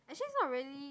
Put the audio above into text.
actually it's not really